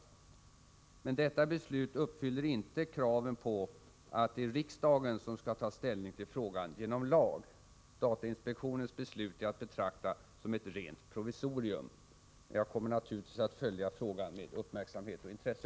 Men genom detta beslut uppfylls inte kraven på att riksdagen skall ta ställning genom lagstiftning. Datainspektionens beslut är att betrakta bara som ett provisorium. Jag kommer naturligtvis att följa frågan med uppmärksamhet och intresse.